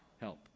Help